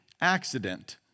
accident